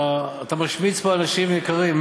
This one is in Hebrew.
אתה משמיץ פה אנשים יקרים,